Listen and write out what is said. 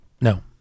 No